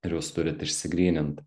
ir jūs turit išsigrynint